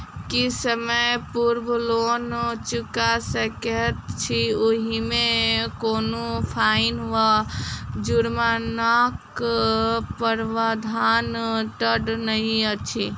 की समय पूर्व लोन चुका सकैत छी ओहिमे कोनो फाईन वा जुर्मानाक प्रावधान तऽ नहि अछि?